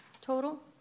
total